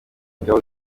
ingabo